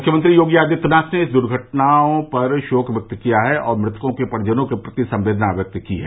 मुख्यमंत्री योगी आदित्यनाथ ने इन दुर्घटनाओं पर शोक व्यक्त किया है और मृतकों के परिजनों के प्रति संवेदना व्यक्त की है